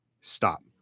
stop